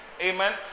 Amen